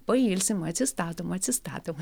pailsim atsistatom atsistatom